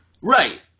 Right